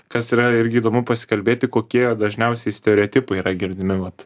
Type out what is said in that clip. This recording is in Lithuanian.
kas yra irgi įdomu pasikalbėti kokie dažniausiai stereotipai yra girdimi vat